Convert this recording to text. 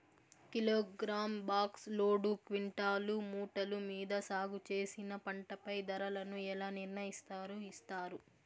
Kilogram, box, load, క్వింటాలు, మూటలు మీరు సాగు చేసిన పంటపై ధరలను ఎలా నిర్ణయిస్తారు యిస్తారు?